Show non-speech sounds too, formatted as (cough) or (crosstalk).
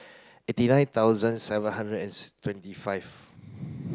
eighty nine thousand seven hundred and (unintelligible) twenty five